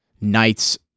Knights